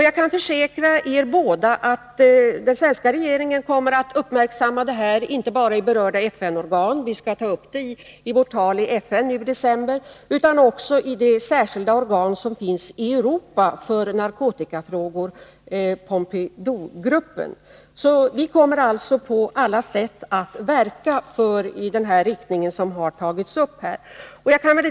Jag kan försäkra er båda att den svenska regeringen kommer att uppmärksamma detta inte bara i berörda FN-organ — vi skall ta upp detta i vårt tal i FN nu i december — utan också i det särskilda organ som finns i Europa för narkotikafrågor, Pompidougruppen. Vi kommer alltså att på olika sätt verka i den riktning som frågeställarna anger.